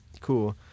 Cool